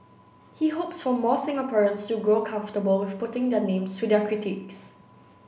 he hopes for more Singaporeans to grow comfortable with putting their names to their critiques